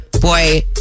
Boy